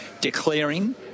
declaring